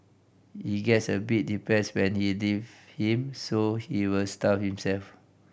he gets a bit depressed when he leave him so he will starve himself